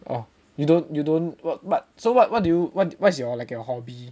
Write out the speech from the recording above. or you don't you don't work but so what what do you what what's your like your hobby